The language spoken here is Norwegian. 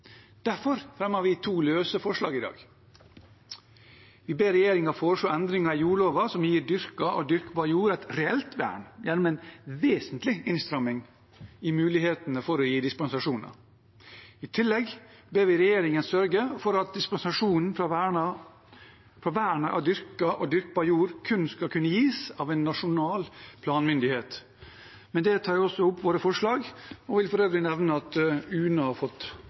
Derfor fremmer vi to løse forslag i dag. Vi ber regjeringen foreslå endringer i jordloven som gir dyrket og dyrkbar jord et reelt vern gjennom en vesentlig innstramming i muligheten for å gi dispensasjoner. I tillegg ber vi regjeringen sørge for at dispensasjon fra vernet av dyrket og dyrkbar jord kun skal kunne gis av en nasjonal planmyndighet. Med det tar jeg opp våre forslag, og vil for øvrig nevne at Une har fått